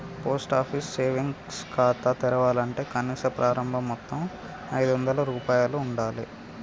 post office savings ఖాతా తెరవాలంటే కనీస ప్రారంభ మొత్తం ఐదొందల రూపాయలు ఉండాలె